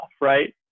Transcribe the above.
right